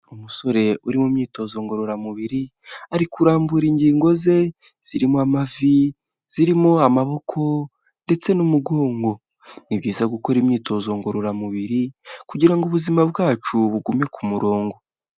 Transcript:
Umusore uri mu myitozo ngororamubiri. Ari kurambura ingingo ze zirimo amavi, zirimo amaboko ndetse n'umugongo. Ni byiza gukora imyitozo ngororamubiri kugirango ngo ubuzima bwacu bugume ku murongo.